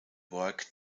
work